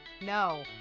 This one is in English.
No